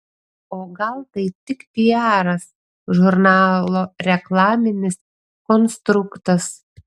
o gal tai tik piaras žurnalo reklaminis konstruktas